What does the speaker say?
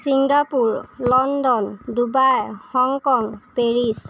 Singapore London Dubai Hong Kong Paris